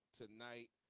tonight